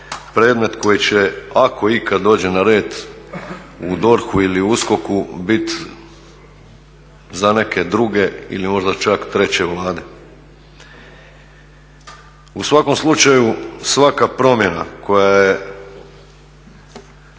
predmet koji će ako ikad dođe na red u DORH-u ili USKOK-u bit za neke druge ili možda čak treće vlade. U svakom slučaju svaka promjena koja ide